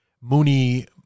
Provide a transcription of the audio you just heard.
Mooney